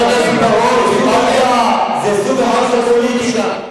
זה סוג אחר של פוליטיקה.